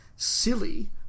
silly